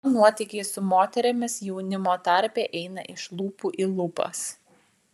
jo nuotykiai su moterimis jaunimo tarpe eina iš lūpų į lūpas